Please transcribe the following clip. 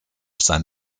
sein